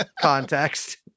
context